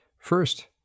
first